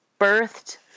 birthed